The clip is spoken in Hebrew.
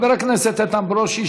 חבר הכנסת איתן ברושי,